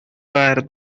where